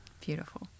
beautiful